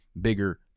bigger